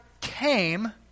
came